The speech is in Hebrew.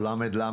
או ל"ל,